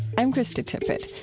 i'm krista tippett.